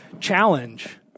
challenge